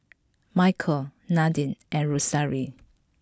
Michaele Nadine and Rosaria